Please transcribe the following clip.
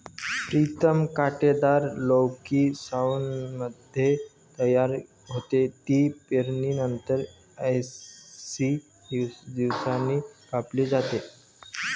प्रीतम कांटेदार लौकी सावनमध्ये तयार होते, ती पेरणीनंतर ऐंशी दिवसांनी कापली जाते